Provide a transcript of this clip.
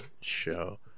show